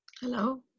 Hello